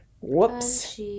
whoops